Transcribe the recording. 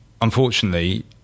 unfortunately